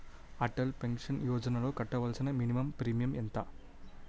Atal pension యోజనలో కట్టవలసిన minimum premium ఎంత?